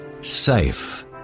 safe